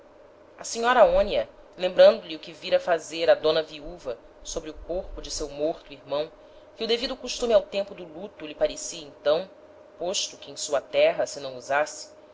a senhora aonia lembrando lhe o que vira fazer á dona viuva sobre o corpo de seu morto irmão que o devido costume ao tempo do luto lhe parecia então posto que em sua terra se não usasse